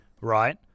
right